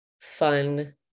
fun